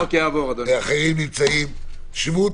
אחרים נמצאים שבו,